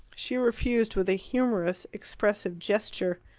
she refused, with a humorous, expressive gesture.